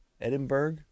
Edinburgh